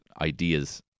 ideas